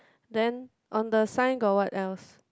then on the sign got what else